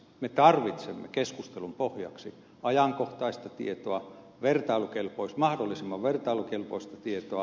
me tarvitsemme keskustelun pohjaksi ajankohtaista tietoa mahdollisimman vertailukelpoista tietoa